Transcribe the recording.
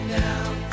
down